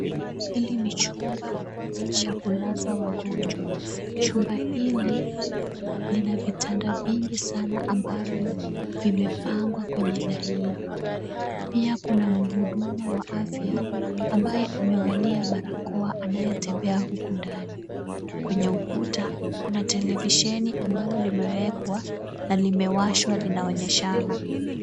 Hili ni chumba cha kulaza wagonjwa. Chumba hili lina vitanda vingi sana ambavyo vimepangwa kwenye laini . Pia kuna mhudumu wa afya ambaye amevalia barakoa, anayetembea huku ndani. Kwenye ukuta kuna televisheni ambalo limewekwa na limewashwa linaonyeshana.